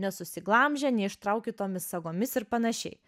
nesusiglamžę neištraukytomis sagomis ir panašiai